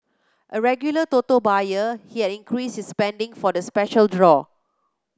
a regular Toto buyer he had increased his spending for the special draw